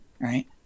Right